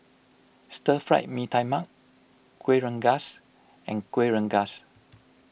Stir Fried Mee Tai Mak Kuih Rengas and Kuih Rengas